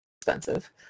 expensive